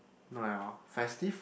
not at all festive